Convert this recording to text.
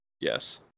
Yes